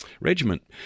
regiment